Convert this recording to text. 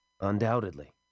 Undoubtedly